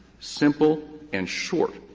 simple and short.